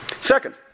Second